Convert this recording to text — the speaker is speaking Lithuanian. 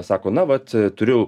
sako na vat turiu